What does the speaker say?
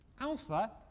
alpha